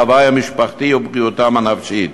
את ההווי המשפחתי ואת בריאותם הנפשית.